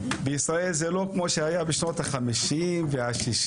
זה כבר לא כמו שזה היה בשנות ה-50' וה-60'